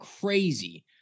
crazy